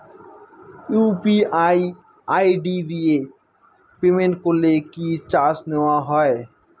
UPI ID দিয়ে payment করলে কি চার্জ নেয়া হয়?